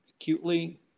acutely